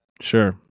Sure